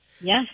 yes